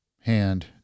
hand